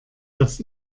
dass